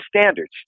standards